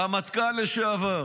רמטכ"ל לשעבר,